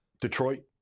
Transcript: Detroit